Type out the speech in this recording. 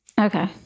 okay